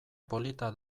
polita